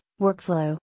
workflow